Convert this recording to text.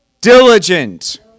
diligent